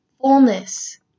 fullness